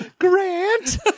Grant